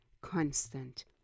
constant